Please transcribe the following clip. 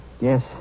Yes